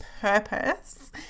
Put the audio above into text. purpose